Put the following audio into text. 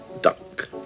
Duck